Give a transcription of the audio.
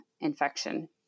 infection